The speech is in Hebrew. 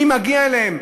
מי מגיע אליהם,